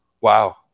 Wow